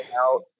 out